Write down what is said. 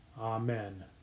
Amen